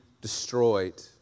destroyed